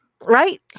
Right